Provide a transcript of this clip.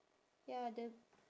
ya the